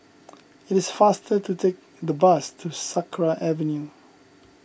it is faster to take the bus to Sakra Avenue